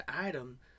item